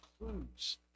includes